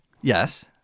Yes